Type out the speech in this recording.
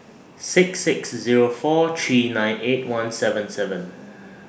six six Zero four three nine eight one seven seven